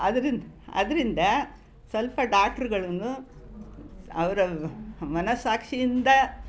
ಅದ್ರಿಂದ ಅದರಿಂದ ಸ್ವಲ್ಪ ಡಾಕ್ಟ್ರುಗಳು ಅವರ ಮನಃಸಾಕ್ಷಿಯಿಂದ